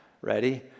Ready